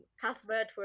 Cuthbert